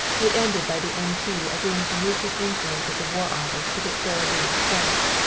it ended by the m. p. agreeing to use his influence with the war office to get sara lee to france.